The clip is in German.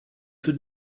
für